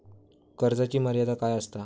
कर्जाची मर्यादा काय असता?